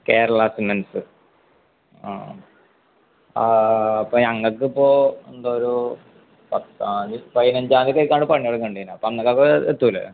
Kerala cements ആ അപ്പോള് ഞങ്ങള്ക്കിപ്പോള് എന്താണ് ഒരു പത്താം തീയതി പതിനഞ്ചാം തീയതിക്കാണ് പണി തുടങ്ങേണ്ടത് അപ്പോള് അന്നേരമത് എത്തില്ലേ